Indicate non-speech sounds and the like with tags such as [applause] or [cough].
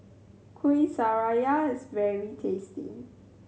kueh [unintelligible] is very tasty